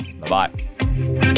Bye-bye